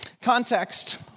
Context